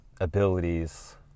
abilities